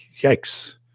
Yikes